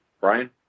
Brian